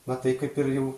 na tai kaip ir jau